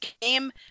game